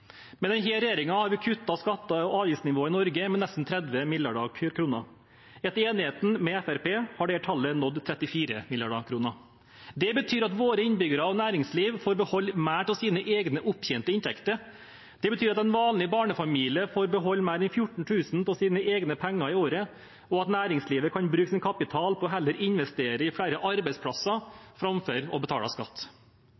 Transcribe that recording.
har vi kuttet skatte- og avgiftsnivået i Norge med nesten 30 mrd. kr. Etter enigheten med Fremskrittspartiet har dette tallet nådd 34 mrd. kr. Det betyr at våre innbyggere og næringsliv får beholde mer av sine egne opptjente inntekter. Det betyr at en vanlig barnefamilie får beholde mer enn 14 000 kr av sine egne penger i året, og at næringslivet kan bruke sin kapital på heller å investere i flere arbeidsplasser